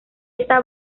esta